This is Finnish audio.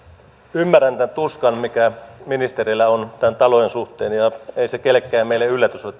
ymmärrän tämän tuskan mikä ministereillä on tämän talouden suhteen ja ei se kellekään meille yllätys ole